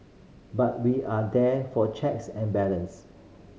but we are there for checks and balances